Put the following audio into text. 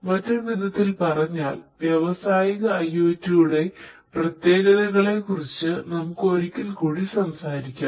മറ്റൊരു വിധത്തിൽ പറഞ്ഞാൽ വ്യാവസായിക ഐഒടിയുടെ പ്രത്യേകതകളെക്കുറിച്ച് നമുക്ക് ഒരിക്കൽ കൂടി സംസാരിക്കാം